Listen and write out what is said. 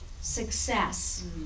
success